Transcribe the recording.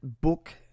book